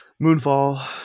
Moonfall